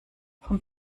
vom